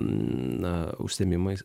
na užsiėmimais